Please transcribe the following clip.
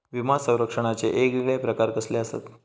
विमा सौरक्षणाचे येगयेगळे प्रकार कसले आसत?